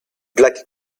plaque